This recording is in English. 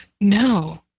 No